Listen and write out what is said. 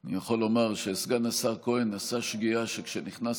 אני יכול לומר שסגן השר כהן עשה שגיאה שכשנכנס